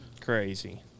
Crazy